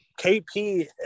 KP